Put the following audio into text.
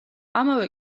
ამავე